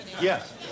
Yes